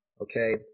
okay